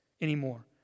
anymore